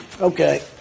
Okay